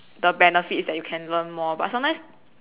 the benefit is that you can learn more but sometimes